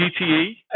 GTE